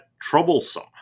troublesome